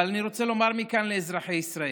אבל אני רוצה לומר מכאן לאזרחי ישראל: